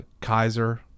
Kaiser